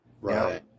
Right